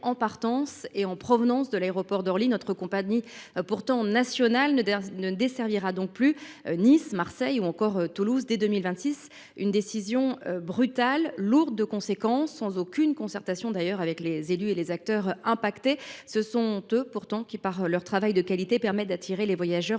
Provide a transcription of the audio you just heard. en partance et en provenance de l’aéroport d’Orly. Notre compagnie, pourtant nationale, ne desservira donc plus Nice, Marseille ou encore Toulouse dès 2026. Il s’agit d’une décision brutale, lourde de conséquences, prise sans aucune concertation avec les élus et acteurs concernés ! Ce sont pourtant ces derniers qui, par leur travail de qualité, permettent d’attirer les voyageurs